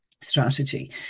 Strategy